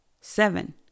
seven